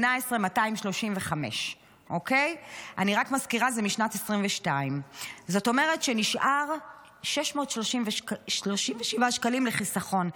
18,235. אני רק מזכירה שזה משנת 2022. זאת אומרת שנשארים 637 שקלים לחיסכון.